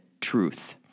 truth